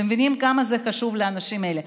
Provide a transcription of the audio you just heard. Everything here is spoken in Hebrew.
אתם מבינים כמה זה חשוב לאנשים האלה?